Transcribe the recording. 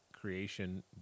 creation